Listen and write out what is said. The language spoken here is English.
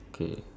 like